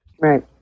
Right